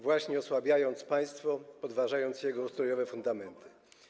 właśnie osłabiając państwo, podważając jego ustrojowe fundamenty.